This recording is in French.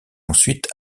ensuite